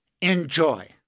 Enjoy